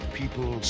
people